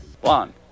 One